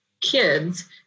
kids